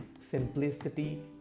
simplicity